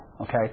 okay